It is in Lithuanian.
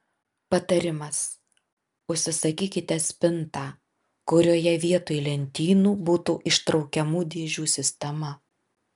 patarimas užsisakykite spintą kurioje vietoj lentynų būtų ištraukiamų dėžių sistema